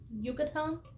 Yucatan